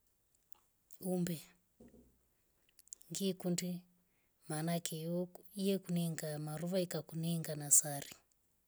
Umbe ngiikundi maana keyoku yekuninga marwa ikakuninga na sari.